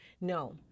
No